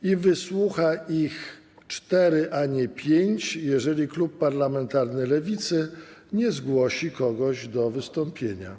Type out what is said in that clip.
I wysłucha ich czterech, a nie pięciu, jeżeli klub parlamentarny Lewicy nie zgłosi kogoś do wystąpienia.